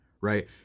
right